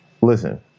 listen